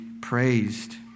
praised